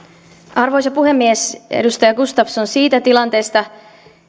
arvoisa puhemies edustaja gustafsson siitä tilanteesta